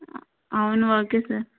అవును okay sir